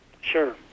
Sure